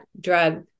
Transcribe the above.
drug